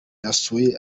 wasuye